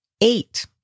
Eight